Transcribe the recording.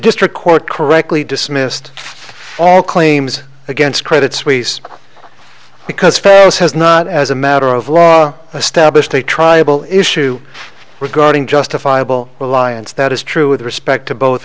district court correctly dismissed all claims against credit suisse because fails has not as a matter of law established a tribal issue regarding justifiable alliance that is true with respect to both